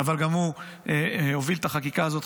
אבל גם הוא הוביל את החקיקה הזאת,